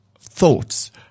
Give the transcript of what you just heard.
thoughts